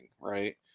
Right